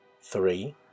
Three